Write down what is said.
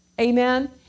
Amen